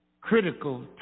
critical